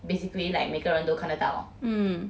basically like 每个人都看得到